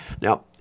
Now